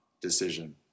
Decision